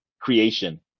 creation